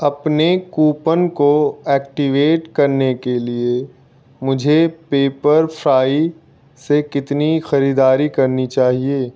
अपने कूपन को एक्टिवेट करने के लिए मुझे पेपर फ्राई से कितनी खरीदारी करनी चाहिए